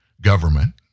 government